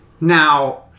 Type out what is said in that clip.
Now